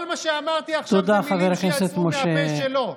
כל מה שאמרתי עכשיו אלו מילים שיצאו מהפה שלו.